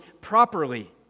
properly